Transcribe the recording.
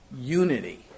unity